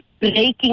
breaking